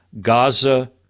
Gaza